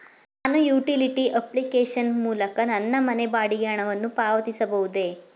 ನಾನು utility application ಮೂಲಕ ನನ್ನ ಮನೆ ಬಾಡಿಗೆ ಹಣವನ್ನು ಪಾವತಿಸಬಹುದೇ?